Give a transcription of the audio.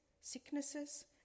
sicknesses